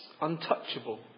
untouchable